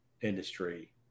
industry